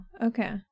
okay